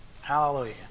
Hallelujah